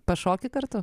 pašoki kartu